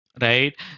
right